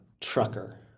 trucker